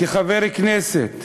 כחבר כנסת,